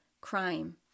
crime